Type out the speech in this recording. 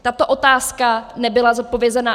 Tato otázka nebyla zodpovězena.